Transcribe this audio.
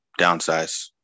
downsize